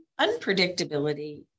unpredictability